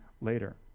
later